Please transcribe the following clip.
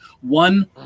One